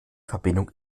verbindung